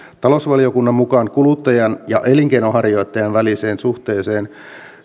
talousvaliokunnan mukaan kuluttajan ja elinkeinonharjoittajan väliseen suhteeseen